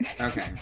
okay